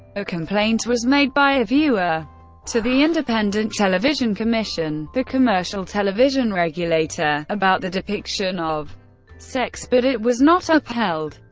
a complaint was made by a viewer to the independent television commission the commercial television regulator about the depiction of sex, but it was not upheld.